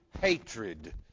hatred